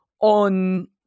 on